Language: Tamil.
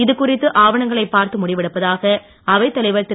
இது குறித்து ஆவணங்களை பார்த்து முடிவெடுப்பதாக அவைத் தலைவர் திரு